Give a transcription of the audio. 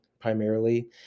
primarily